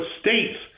states